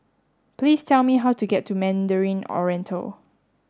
please tell me how to get to Mandarin Oriental